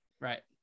Right